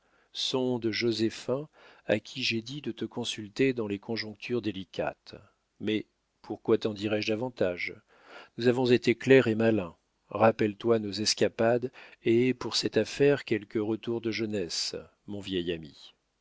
sonde joséphin à qui j'ai dit de te consulter dans les conjectures délicates mais pourquoi t'en dirais-je davantage nous avons été clercs et malins rappelle-toi nos escapades et aie pour cette affaire quelque retour de jeunesse mon vieil ami